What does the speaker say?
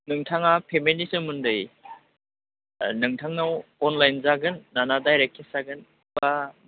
नोंथाङा पेमेन्टनि सोमोन्दै नोंथांनाव अनलाइन जागोन ना दाइरेक्ट केस जागोन बा